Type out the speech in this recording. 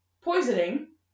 poisoning